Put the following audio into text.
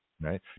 right